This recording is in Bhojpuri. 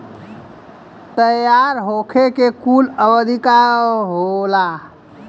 तैयार होखे के कूल अवधि का होला?